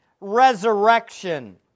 resurrection